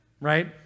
right